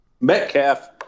Metcalf